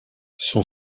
son